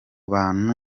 bantu